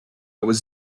was